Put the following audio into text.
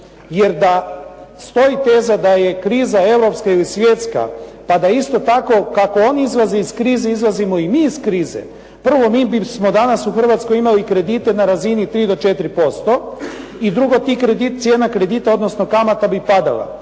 Jer da stoji teza da je kriza europska ili svjetska pa da isto tako kako oni izlaze iz krize, izlazimo i mi iz krize, prvo mi bismo danas u Hrvatskoj imali kredite na razini 3 do 4% i drugo, cijena kredita odnosno kamata bi padala.